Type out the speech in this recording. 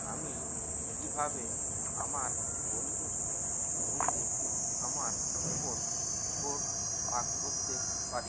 আমি কীভাবে আমার বন্ধুর সঙ্গে আমার কুপন কোড ভাগ করতে পারি